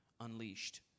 unleashed